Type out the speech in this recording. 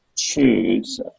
choose